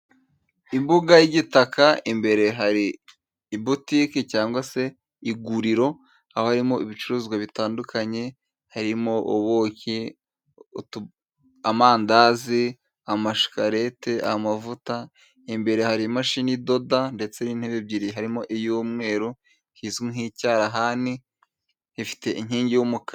Imbuga y'igitaka， imbere hari ibutike cyangwa se iguriro，aharimo ibicuruzwa bitandukanye， harimo ubuki， amandazi， amashikarete，amavuta， imbere hari imashini idoda ndetse n'intebe ebyiri，harimo iy'umweru，izwi nk'icyarahani ifite inkingi y'umukara. .....